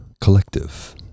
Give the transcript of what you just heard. collective